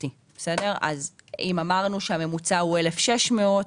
יש אין ספור דוגמאות,